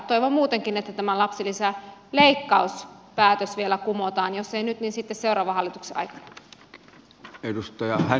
toivon muutenkin että tämä lapsilisäleikkauspäätös vielä kumotaan jos ei nyt niin sitten seuraavan hallituksen aikana